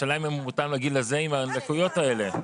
השאלה אם הוא מותאם לגיל הזה עם הלקויות האלה?